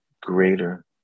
greater